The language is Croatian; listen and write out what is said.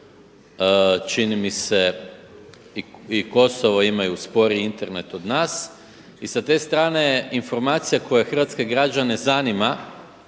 čini mi se i Kosovo imaju sporiji Internet od nas. I sa te strane informacija koja hrvatske građane zanima